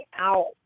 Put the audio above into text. out